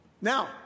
Now